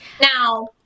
now